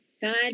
God